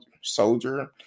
soldier